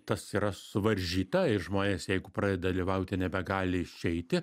tas yra suvaržyta ir žmonės jeigu pradeda dalyvauti nebegali išeiti